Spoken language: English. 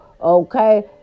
Okay